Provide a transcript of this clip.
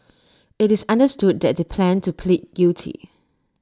IT is understood that they plan to plead guilty